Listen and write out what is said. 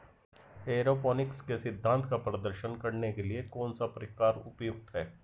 Aeroponics के सिद्धांत का प्रदर्शन करने के लिए कौन सा प्रकार उपयुक्त है?